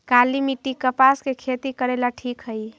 काली मिट्टी, कपास के खेती करेला ठिक हइ?